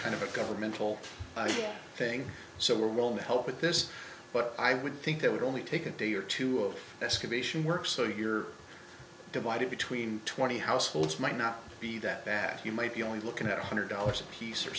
kind of a governmental thing so we'll need help with this but i would think that would only take a day or two of this condition work so you're divided between twenty households might not be that bad you might be only looking at one hundred dollars apiece or